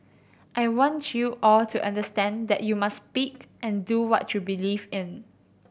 I want you all to understand that you must speak and do what you believe in